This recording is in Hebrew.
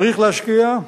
צריך להשקיע.